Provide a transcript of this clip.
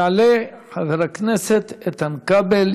יעלה חבר הכנסת איתן כבל,